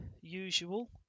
usual